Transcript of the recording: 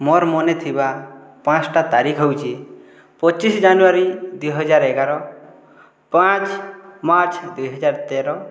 ମୋର ମନେଥିବା ପାଞ୍ଚୋଟି ତାରିଖ ହେଉଛି ପଚିଶ ଜାନୁୟାରୀ ଦୁଇହଜାର ଏଗାର ପାଞ୍ଚ ମାର୍ଚ୍ଚ ଦୁଇହଜାର ତେର